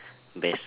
best